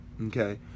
okay